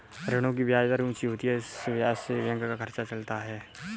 ऋणों की ब्याज दर ऊंची होती है इसी ब्याज से बैंक का खर्चा चलता है